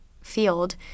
field